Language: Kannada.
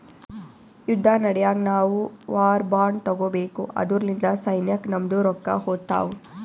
ಯುದ್ದ ನಡ್ಯಾಗ್ ನಾವು ವಾರ್ ಬಾಂಡ್ ತಗೋಬೇಕು ಅದುರ್ಲಿಂದ ಸೈನ್ಯಕ್ ನಮ್ದು ರೊಕ್ಕಾ ಹೋತ್ತಾವ್